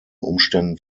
umständen